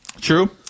true